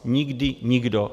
Nikdy nikdo.